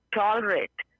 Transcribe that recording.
tolerate